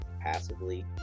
passively